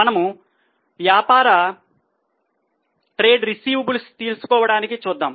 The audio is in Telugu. మనము వ్యాపార తీసుకుందాం